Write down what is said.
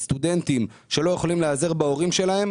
סטודנטים שלא יכולים להיעזר בהורים שלהם,